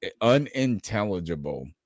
unintelligible